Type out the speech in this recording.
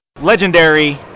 legendary